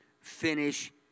finish